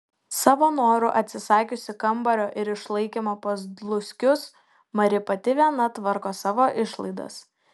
savo noru atsisakiusi kambario ir išlaikymo pas dluskius mari pati viena tvarko savo išlaidas